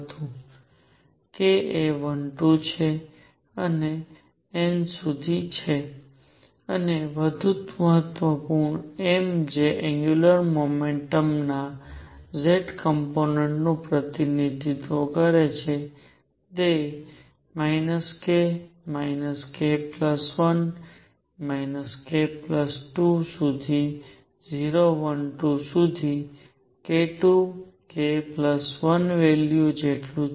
K એ 1 2 છે અને n સુધી છે અને વધુ મહત્વપૂર્ણ m જે એંગ્યુલર મોમેન્ટમ ના z કોમ્પોનેંટ નું પ્રતિનિધિત્વ કરે છે તે k k 1 k 2 સુધી 0 1 2 સુધી k 2 k 1 વેલ્યુ જેટલું છે